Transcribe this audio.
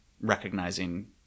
recognizing